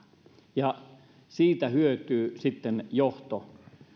siitä hyötyy sitten johto